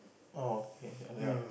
oh okay like that ah